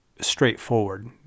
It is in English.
straightforward